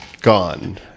gone